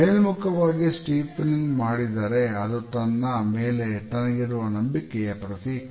ಮೇಲ್ಮುಖವಾಗಿ ಸ್ಟೀಪನ್ ಮಾಡಿದರೆ ಅದು ತನ್ನ ಮೇಲೆ ತನಗಿರುವ ನಂಬಿಕೆಯ ಪ್ರತೀಕ